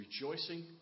rejoicing